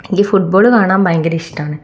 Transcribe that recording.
ഈ ഫുട്ബോള് കാണാൻ ഭയങ്കര ഇഷ്ടമാണ്